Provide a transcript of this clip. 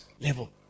level